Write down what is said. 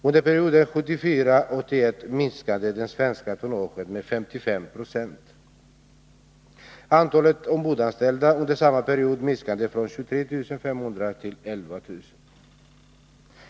Under perioden 1974-1981 minskade det svenska tonnaget med 55 26. Antalet ombordanställda under samma period minskade från 23 500 till 11 000.